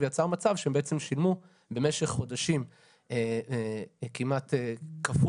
ויצר מצב שהם בעצם שילמו במשך חודשים כמעט כפול